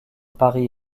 paris